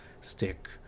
stick